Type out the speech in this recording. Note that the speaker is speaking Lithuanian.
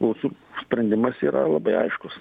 mūsų sprendimas yra labai aiškus